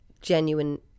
genuine